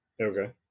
Okay